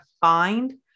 find